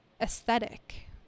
aesthetic